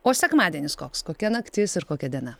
o sekmadienis koks kokia naktis ir kokia diena